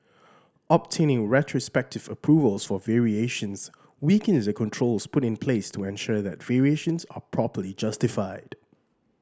obtaining retrospective approvals for variations weakens the controls put in place to ensure that variations are properly justified